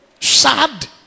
sad